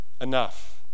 Enough